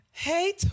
Hey